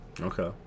Okay